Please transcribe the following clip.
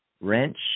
wrench